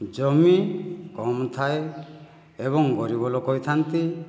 ଜମି କମ୍ ଥାଏ ଏବଂ ଗରିବ ଲୋକ ହୋଇଥାନ୍ତି